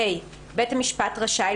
(ה)(1)בית המשפט רשאי,